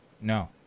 no